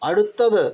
അടുത്തത്